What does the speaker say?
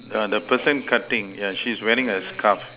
err the person cutting yeah she is wearing a scarf